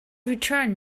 return